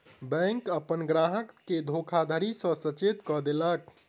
bank अपन ग्राहक के धोखाधड़ी सॅ सचेत कअ देलक